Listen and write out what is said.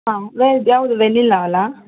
ಹಾಂ ಯಾವುದು ವೆನಿಲ್ಲ ಅಲ್ಲ